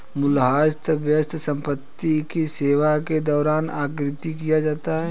मूल्यह्रास व्यय संपत्ति की सेवा के दौरान आकृति किया जाता है